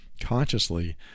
Consciously